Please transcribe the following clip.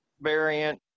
variant